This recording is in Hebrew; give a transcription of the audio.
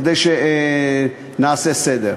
כדי שנעשה סדר.